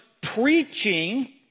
preaching